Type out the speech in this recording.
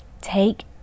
Take